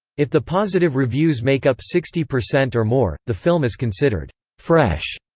if the positive reviews make up sixty percent or more, the film is considered fresh,